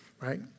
right